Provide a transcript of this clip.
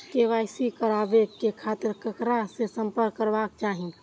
KYC कराबे के खातिर ककरा से संपर्क करबाक चाही?